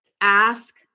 Ask